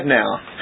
now